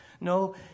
No